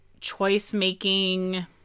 choice-making